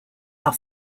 are